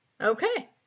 Okay